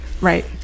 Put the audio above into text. Right